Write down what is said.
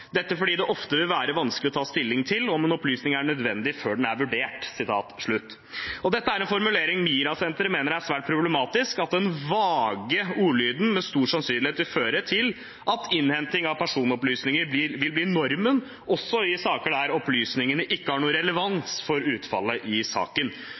Det vil ofte være vanskelig å ta stilling til om en opplysning er nødvendig før den er vurdert.» MiRA-senteret mener denne formuleringen er svært problematisk, og at den vage ordlyden med stor sannsynlighet vil føre til at innhenting av personopplysninger vil bli normen, også i saker der opplysningene ikke har noen relevans for utfallet i saken.